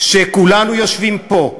שכן כולנו יושבים פה,